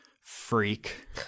Freak